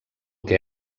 que